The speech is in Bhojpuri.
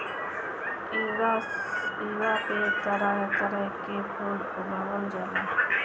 इहां पे तरह तरह के फूल उगावल जाला